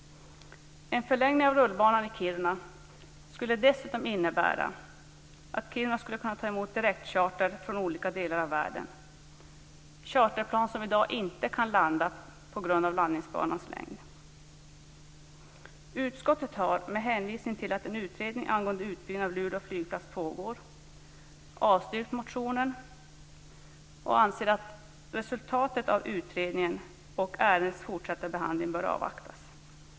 En förlängning av rullbanan i Kiruna skulle dessutom innebära att Kiruna kan ta emot direktcharterplan från olika delar av världen som i dag inte kan landa på grund av landningsbanans längd. Utskottet har med hänvisning till att en utredning angående utbyggnad av Luleå flygplats pågår avstyrkt motionen och anser att resultatet av utredningen och ärendets fortsatta behandling bör avvaktas.